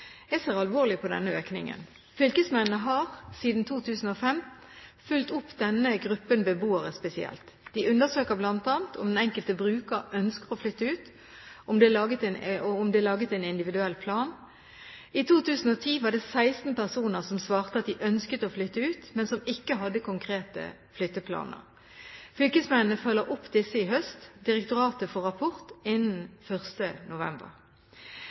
ser alvorlig på denne økningen. Fylkesmennene har siden 2005 fulgt opp denne gruppen beboere spesielt. De undersøker bl.a. om den enkelte bruker ønsker å flytte ut, og om det er laget en individuell plan. I 2010 var det 16 personer som svarte at de ønsket å flytte ut, men som ikke hadde konkrete flytteplaner. Fylkesmennene følger opp disse i høst. Direktoratet får rapport innen 1. november.